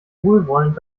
wohlwollend